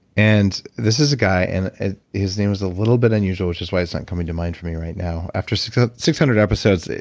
and this is a guy and his name is a little bit unusual, which is why it's not coming to mind for me right now. after six ah six hundred episodes,